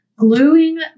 Gluing